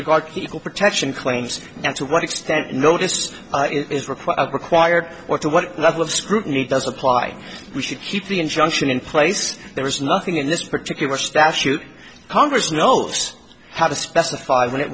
regard to equal protection claims and to what extent noticed is required as required or to what level of scrutiny does apply we should keep the injunction in place there is nothing in this particular statute congress knows how to specify when it